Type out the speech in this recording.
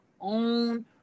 own